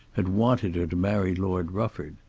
had wanted her to marry lord rufford.